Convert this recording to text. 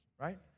right